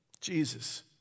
Jesus